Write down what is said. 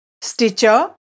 Stitcher